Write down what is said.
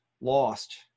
lost